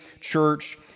church